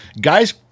guys